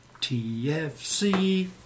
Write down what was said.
TFC